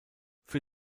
für